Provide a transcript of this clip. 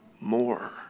more